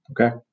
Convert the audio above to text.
Okay